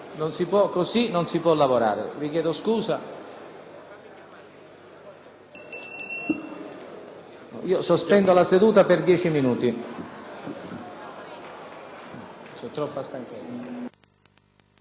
Io sospendo la seduta per dieci minuti.